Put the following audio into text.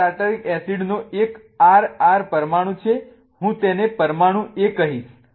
તેથી આ ટાર્ટરિક એસિડનો એક RR પરમાણુ છે હું તેને પરમાણુ A કહીશ